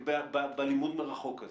בלימוד מרחוק כזה?